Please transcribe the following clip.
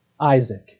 isaac